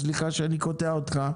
סליחה שאני קוטע אותך.